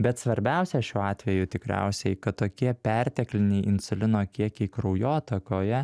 bet svarbiausia šiuo atveju tikriausiai kad tokie pertekliniai insulino kiekiai kraujotakoje